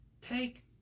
take